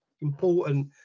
important